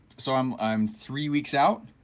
so i'm i'm three weeks out,